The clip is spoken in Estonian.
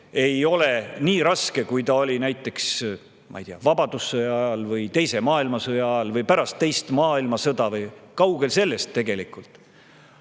ei ole nii raske, kui ta oli näiteks, ma ei tea, vabadussõja ajal või teise maailmasõja ajal või pärast teist maailmasõda. Kaugel sellest! Aga just